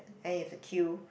then you've to queue